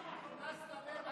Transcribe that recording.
צריך להשיב.